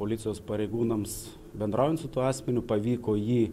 policijos pareigūnams bendraujant su tuo asmeniu pavyko jį